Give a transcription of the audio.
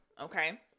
Okay